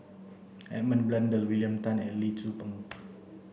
Edmund Blundell William Tan and Lee Tzu Pheng